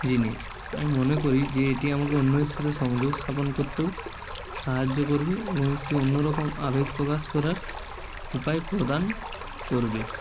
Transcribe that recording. জিনিস আমি মনে করি যে এটি আমাকে অন্যদের সাথে সংযোগ স্থাপন করতেও সাহায্য করবে এবং একটি অন্য রকম আবেগ প্রকাশ করার উপায় প্রদান করবে